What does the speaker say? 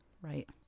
right